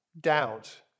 doubt